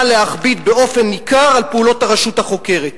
להכביד באופן ניכר על פעולות הרשות החוקרת".